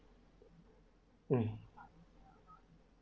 um